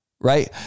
right